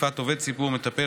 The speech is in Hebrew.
תקיפת עובד ציבור מטפל),